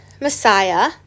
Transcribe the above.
Messiah